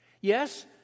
Yes